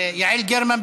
יעל גרמן,